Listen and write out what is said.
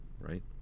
right